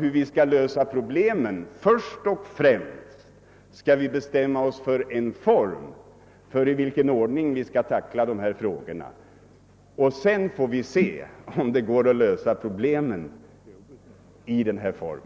hur vi skall lösa problemen — först och främst skall vi bestämma oss för i vilken form, i vilken ordning vi skall klara dessa frågor och sedan får vi se om det går att lösa problemen i denna form.